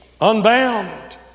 unbound